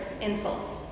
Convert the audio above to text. insults